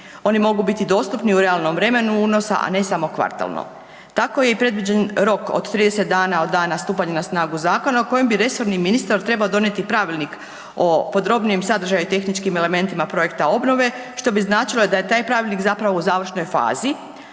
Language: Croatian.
oni mogu biti dostupni u realnom vremenu unosa, a ne samo kvartalno. Tako je i predviđen rok od 30 dana od dana stupanja na snagu zakona o kojem bi resorni ministar trebao donijeti Pravilnik o podrobnijem sadržaju i tehničkim elementima projekta obnove, što bi značilo da je taj pravilnik zapravo u završnoj fazi,